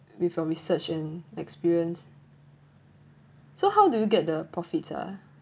with a research and experience so how do you get the profits ah